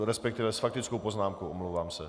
Respektive s faktickou poznámkou, omlouvám se.